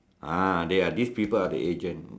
ah they are these people are the agent